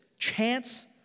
Chance